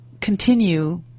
continue